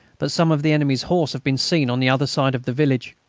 but some of the enemy's horse have been seen on the other side of the village.